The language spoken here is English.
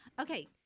Okay